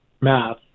math